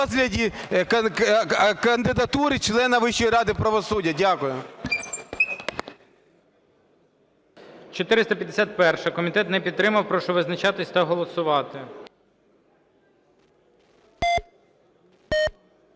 451-а. Комітет не підтримав. Прошу визначатись та голосувати.